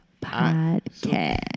Podcast